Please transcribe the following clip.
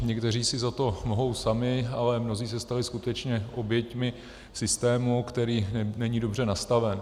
Někteří si za to mohou sami, ale mnozí se stali skutečně oběťmi systému, který není dobře nastaven.